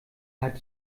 hat